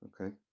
okay